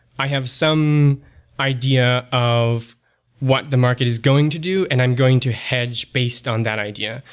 i have some idea of what the market is going to do, and i'm going to hedge based on that idea.